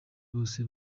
bose